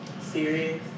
serious